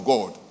God